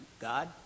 God